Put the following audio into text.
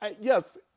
yes